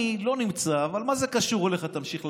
אני לא נמצא, אבל מה זה קשור אליך, תמשיך לעבוד.